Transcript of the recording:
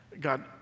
God